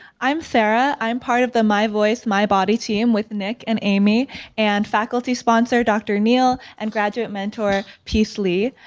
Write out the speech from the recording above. i'm sarah, i'm part of the my voice my body team with nick and amy and faculty sponsor, dr. neil, and graduate mentor peace lee.